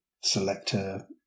Selector